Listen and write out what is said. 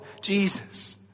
Jesus